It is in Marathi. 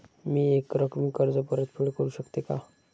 मी एकरकमी कर्ज परतफेड करू शकते का?